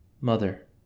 Mother